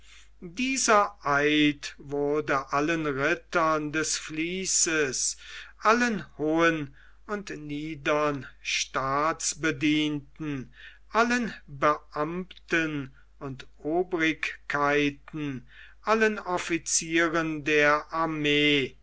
dieser eid wurde allen rittern des vließes allen hohen und niedern staatsbedienten allen beamten und obrigkeiten allen offizieren der armee